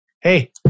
hey